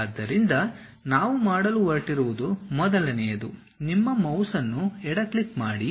ಆದ್ದರಿಂದ ನಾವು ಮಾಡಲು ಹೊರಟಿರುವುದು ಮೊದಲನೆಯದು ನಿಮ್ಮ ಮೌಸ್ ಅನ್ನು ಎಡ ಕ್ಲಿಕ್ ಮಾಡಿ